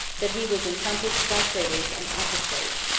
that he was encompassed by traitors and apostates,